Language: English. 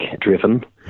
driven